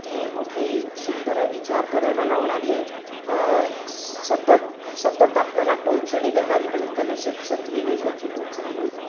ती मोठी सुंदर आहे विचार करायला लावणारी आहे सतत सतत आपल्याला टोचणी देणारी पण आहे ज्याला सतसत विवेकाची टोचणी म्हणतात